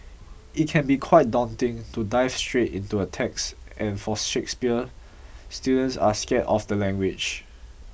it can be quite daunting to dive straight into a text and for Shakespeare students are scared of the language